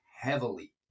heavily